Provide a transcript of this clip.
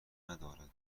ندارد